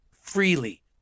freely